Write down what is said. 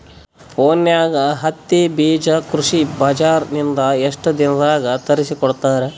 ಫೋನ್ಯಾಗ ಹತ್ತಿ ಬೀಜಾ ಕೃಷಿ ಬಜಾರ ನಿಂದ ಎಷ್ಟ ದಿನದಾಗ ತರಸಿಕೋಡತಾರ?